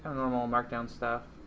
normal markdown stuff